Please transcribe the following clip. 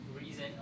reason